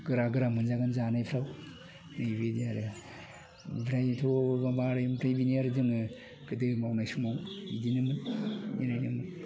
गोरा गोरा मोनजागोन जानायफ्राव नैबेनो आरो ओमफ्रायथ' माबा इनिफ्राय बिनो आरो जोङो गोदो मावनाय समाव बिदिनोमोन मिलायदों